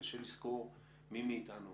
מי מאיתנו